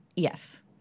Yes